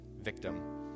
victim